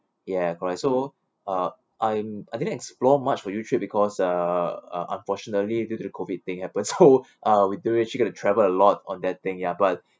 ya correct so uh I'm I didn't explore much for YouTrip because uh uh unfortunately due to the COVID thing happens so uh we don't actually get to travel a lot on that thing ya but